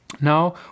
Now